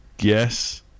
Yes